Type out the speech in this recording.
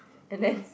and then